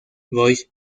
boys